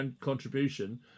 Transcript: contribution